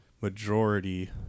majority